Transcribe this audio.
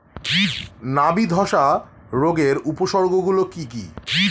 নাবি ধসা রোগের উপসর্গগুলি কি কি?